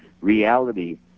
reality